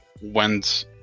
went